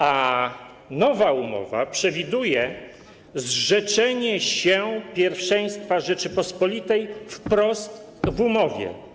A nowa umowa przewiduje zrzeczenie się pierwszeństwa Rzeczypospolitej, jest to wprost w umowie.